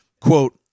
quote